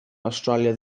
awstralia